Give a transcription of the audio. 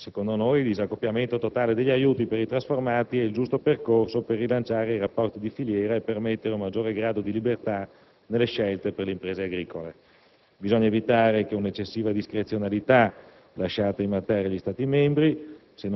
disaccoppiamento. A riforma PAC intervenuta, a nostro avviso il disaccoppiamento totale degli aiuti per i trasformati è il giusto percorso per rilanciare i rapporti di filiera e permettere un maggiore grado di libertà nelle scelte per le imprese agricole.